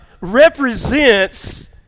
represents